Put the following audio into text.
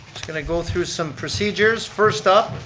going to go through some procedures. first up,